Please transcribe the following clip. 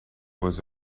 was